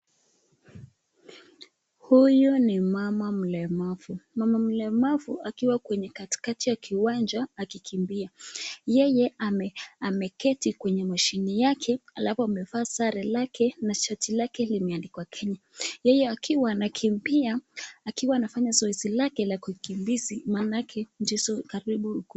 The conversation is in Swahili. Huyu ni mama mlemavu. Mama mlemavu akiwa kwenye katikati ya kiwanja akikimbia. Yeye ameketi kwenye mashini yake alafu amevaa sare lake na shati lake limeandikwa Kenya. Yeye akiwa anakimbia, akiwa anafanya zoezi lake la kukimbizi maanake ndizo karibu.